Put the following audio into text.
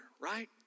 right